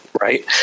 right